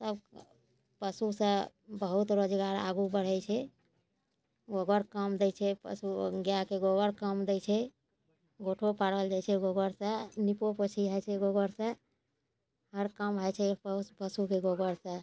तब पशु सऽ बहुत रोजगार आगू बढ़ै छै गोबर काम दै छै पशु गाय के गोबर काम दै छै गोयठो पारल जाइ छै गोबर सऽ निपो पोछी होइ छै गोबर सऽ हर काम हो जाइ छै पशुके गोबर सऽ